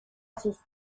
sus